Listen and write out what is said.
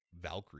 Valkyrie